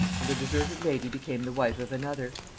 and the deserted lady became the wife of another.